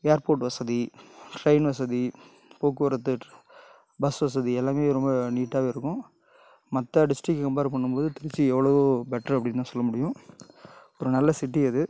airport வசதி train வசதி போக்குவரத்து பஸ் வசதி எல்லாமே ரொம்ப நீட்டாகவே இருக்கும் மற்ற டிஸ்டிரிக்கை கம்பேர் பண்ணும்போது திருச்சி எவ்வளோவோ பெட்டர் அப்படின்னுதான் சொல்ல முடியும் ஒரு நல்ல சிட்டி அது